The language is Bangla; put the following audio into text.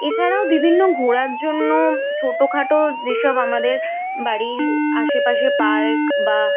এছাড়াও বিভিন্ন ঘোরার জন্য ছোটখাটো যে সব আমাদের বাড়ির আশেপাশে পার্ক বা